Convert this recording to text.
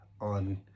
on